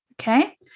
Okay